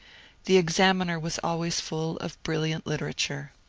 the examiner was always full of brilliant literature.